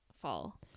fall